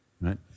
right